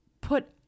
put